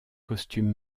costume